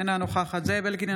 אינה נוכחת זאב אלקין,